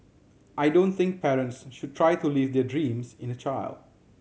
I don't think parents should try to live their dreams in a child